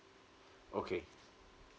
okay